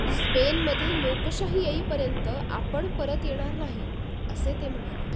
स्पेनमध्ये लोकशाही येईपर्यंत आपण परत येणार नाही असे ते म्हणाले